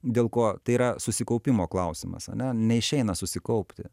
dėl ko tai yra susikaupimo klausimas ane neišeina susikaupti